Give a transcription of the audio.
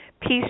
peace